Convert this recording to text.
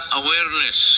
awareness